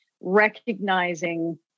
recognizing